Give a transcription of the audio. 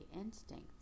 instinct